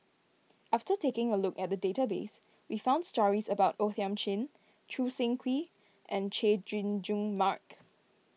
after taking a look at the database we found stories about O Thiam Chin Choo Seng Quee and Chay Jung Jun Mark